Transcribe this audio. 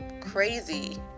crazy